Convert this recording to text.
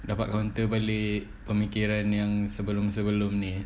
dapat counter balik permikiran yang sebelum-sebelum ni